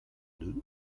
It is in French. deux